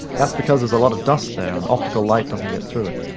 that's because there's a lot of dust there and optical light doesn't get through it.